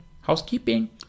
housekeeping